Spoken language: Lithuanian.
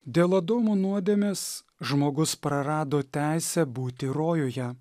dėl adomo nuodėmės žmogus prarado teisę būti rojuje